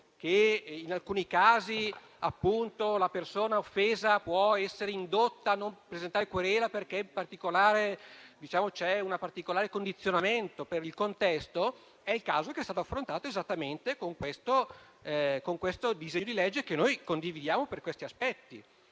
che in alcuni casi la persona offesa può essere indotta a non presentare querela, perché c'è un particolare condizionamento per il contesto in cui vive, è stato affrontato esattamente con questo disegno di legge, che noi condividiamo per questi aspetti,